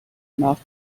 mouth